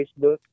Facebook